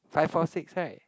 five four six right